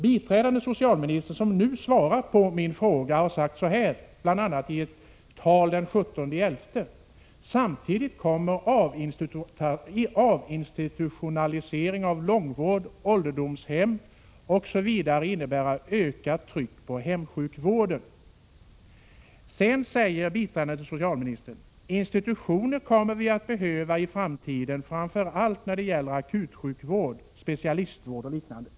Biträdande socialministern, som nu svarar på min fråga, har sagt så här, bl.a. iett tal den 17 november: Samtidigt kommer avinstitutionaliseringen av långvården, ålderdomshemmen osv. att innebära ett ökat tryck på hemsjukvården. Sedan säger biträdande socialministern: Institutioner kommer vi att behöva i framtiden framför allt när det gäller akutsjukvård, specialistvård och liknande.